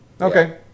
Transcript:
Okay